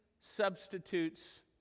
substitutes